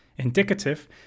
indicative